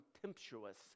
contemptuous